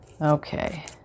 okay